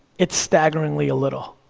it's staggeringly a little.